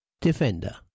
defender